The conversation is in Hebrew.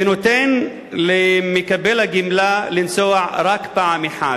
ונותן למקבל הגמלה לנסוע רק פעם אחת.